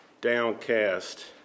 downcast